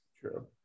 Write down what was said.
true